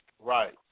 Right